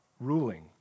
ruling